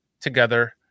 together